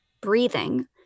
breathing